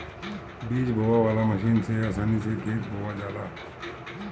बीज बोवे वाला मशीन से आसानी से खेत बोवा जाला